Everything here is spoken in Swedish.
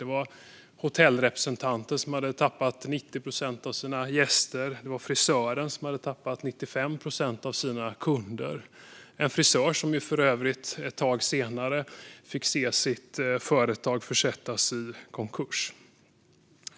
Det var representanten för hotellet som hade tappat 90 procent av sina gäster och frisören som hade tappat 95 procent av sina kunder. Denna frisör fick för övrigt se sitt företag försättas i konkurs ett tag senare.